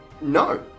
No